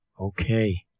Okay